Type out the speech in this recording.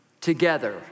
together